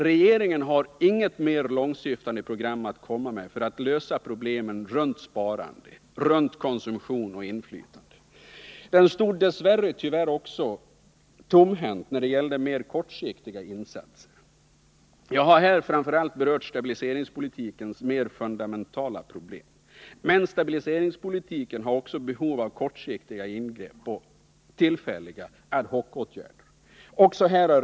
Regeringen har inget mer långtsyftande program att komma med för att lösa problemen runt sparande, konsumtion och inflytande. Den stod dess värre också tomhänt när det gällde mer kortsiktiga insatser — jag har här främst berört stabiliseringspolitikens mer fundamentala problem, men stabiliseringspolitiken har också behov av kortsiktiga ingrepp och tillfälliga ad hoc-åtgärder. Regeringen har alltså misslyckats också här.